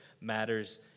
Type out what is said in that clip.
matters